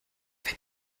wenn